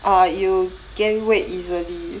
ah you gain weight easily